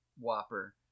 whopper